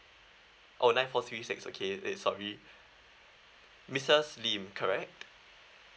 oh nine four three six okay eh sorry missus lim correct